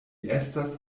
estas